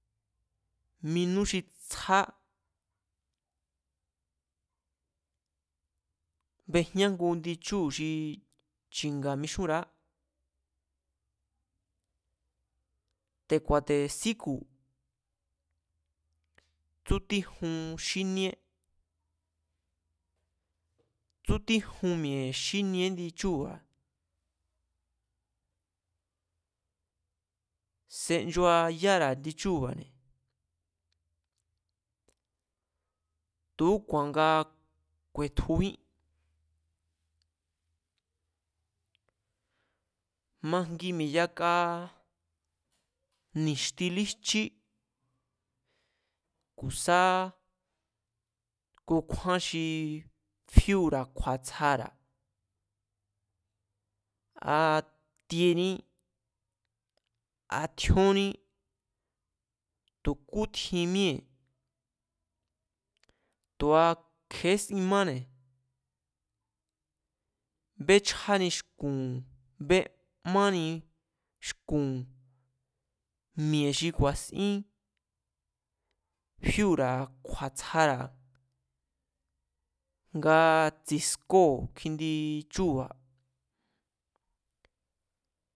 Minú xi tsja, bejñá ngu indi chúu̱ xi chi̱nga̱ mixúnra̱á, te̱ ku̱a̱te̱ síku̱, tsútíjun xíníé, tsútíjun mi̱e̱ xínie índi chúu̱ba̱, senchuayára̱ indichúu̱ba̱ne̱, tu̱úku̱a̱n nga ku̱e̱tjujín, majngi mi̱e̱ yaka ni̱xti líjchí ku sáá ku kjúán xi fíu̱ra̱ kju̱a̱tsjara̱, a tiení a tjíónní, tu̱ kútjin míée̱ tu̱a kje̱é sin máne̱, béchjani xku̱n, bemáni xku̱n mi̱e̱ xi ku̱a̱sín fíu̱ra̱ kju̱a̱tsjara̱ nga tsi̱skóo̱ kjindi chúu̱ba̱